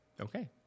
Okay